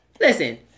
listen